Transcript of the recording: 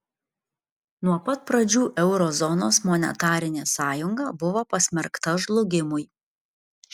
nuo pat pradžių euro zonos monetarinė sąjunga buvo pasmerkta žlugimui